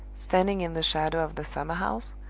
standing in the shadow of the summer-house,